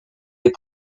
des